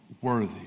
worthy